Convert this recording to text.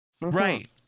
right